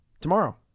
Tomorrow